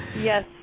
Yes